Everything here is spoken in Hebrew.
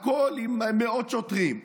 עם מאות שוטרים.